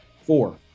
Four